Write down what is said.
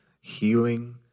healing